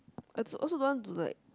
I also don't want to like